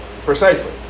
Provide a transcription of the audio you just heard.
precisely